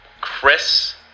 Chris